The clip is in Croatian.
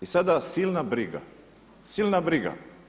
I sada silna briga, silna briga.